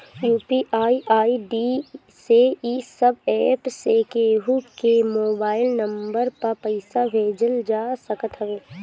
UPI ID से इ सब एप्प से केहू के मोबाइल नम्बर पअ पईसा भेजल जा सकत हवे